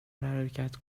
حرکت